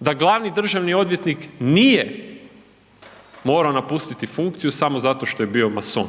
da glavni državni odvjetnik nije morao napustiti funkciju samo zato što je bio mason.